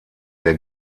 der